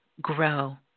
grow